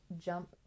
jump